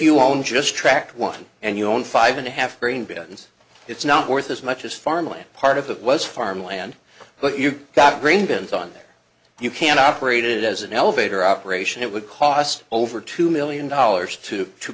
you own just tracked one and your own five and a half green beans it's not worth as much as farmland part of that was farmland but you've got green bins on there you can operated as an elevator operation it would cost over two million dollars to to